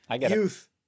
youth